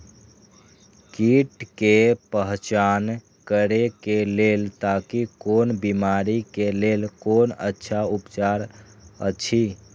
कीट के पहचान करे के लेल ताकि कोन बिमारी के लेल कोन अच्छा उपचार अछि?